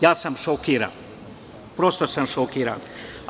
Ja sam šokiran, prosto sam šokiran.